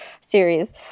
series